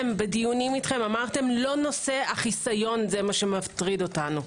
בדיונים אתכם אמרתם: לא נושא החיסיון זה מה שמטריד אותנו.